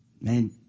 man